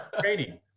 training